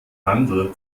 handel